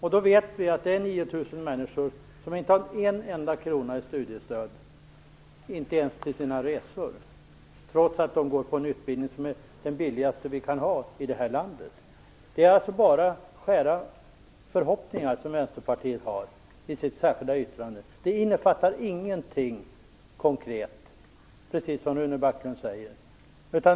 Vi vet att det gäller 9 000 människor som inte har en enda krona i studiestöd, inte ens till sina resor, trots att de går på en utbildning som är den billigaste som vi kan ha i det här landet. Det är bara skära förhoppningar som Vänsterpartiet har i sitt särskilda yttrande. Det innefattar ingenting konkret, precis som Rune Backlund säger.